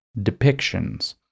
depictions